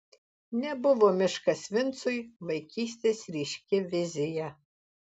nebuvo miškas vincui vaikystės ryški vizija